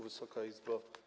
Wysoka Izbo!